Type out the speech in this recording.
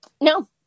no